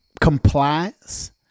compliance